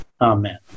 Amen